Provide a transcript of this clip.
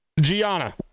Gianna